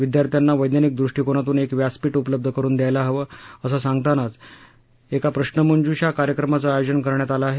विद्यार्थ्याना वैज्ञानिक दृष्टीकोनातून एक व्यासपीठ उपलब्ध करून द्यायला हवं असे सांगतानाच मोदी यांनी एका प्रश्नमंजुषा कार्यक्रमाचे आयोजन केलं आहे